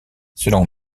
selon